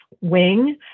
wing